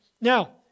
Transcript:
Now